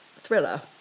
Thriller